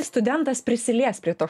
studentas prisilies prie to